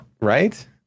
Right